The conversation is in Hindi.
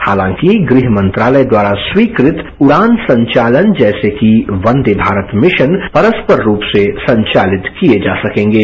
हालांकि गृह मंत्रालय द्वारा स्वीकत उंडान संचालन जैसे की बंदे भारत मिशन परस्पर रूप से संचालित किए जा सकेंगे